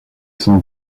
sans